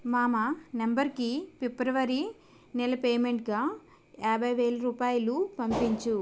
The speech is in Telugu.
మామ నంబరుకి ఫిబ్రవరి నెల పేమెంటుగా యాభై వేలు రూపాయలు పంపించుము